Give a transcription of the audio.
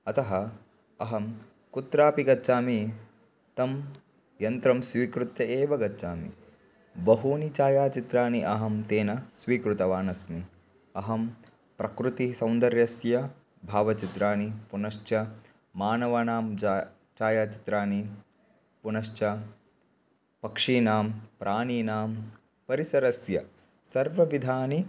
अतः अहं कुत्रापि गच्छामि तं यन्त्रं स्वीकृत्य एव गच्छामि बहूनि छायाचित्राणि अहं तेन स्वीकृतवान् अस्मि अहं प्रकृतिः सौन्दर्यस्य भाववित्राणि पुनश्च मानवानां जा छायाचित्राणि पुनश्च पक्षिणां प्राणीनां परिसरस्य सर्वविधानि